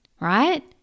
right